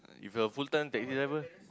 he's a full time taxi driver